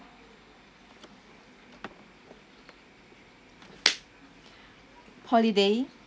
holiday